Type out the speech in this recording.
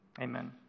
Amen